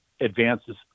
advances